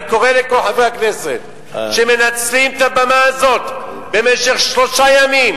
אני קורא לכל חברי הכנסת שמנצלים את הבמה הזאת במשך שלושה ימים,